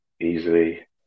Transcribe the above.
easily